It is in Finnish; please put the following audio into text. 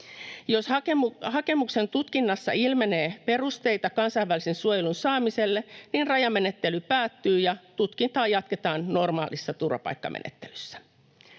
Jos hakemuksen tutkinnassa ilmenee perusteita kansainvälisen suojelun saamiselle, niin rajamenettely päättyy ja tutkintaa jatketaan normaalissa turvapaikkamenettelyssä.